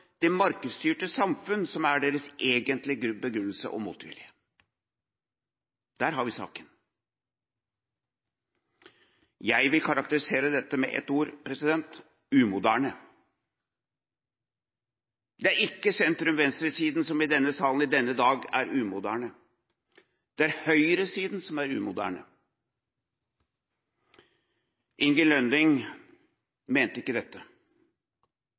det markedsstyrte samfunn som er deres egentlige begrunnelse og motvilje. Der har vi saken. Jeg vil karakterisere dette med ett ord: umoderne. Det er ikke sentrum–venstre-siden som i denne salen i dag er umoderne – det er høyresiden som er umoderne. Inge Lønning mente ikke dette.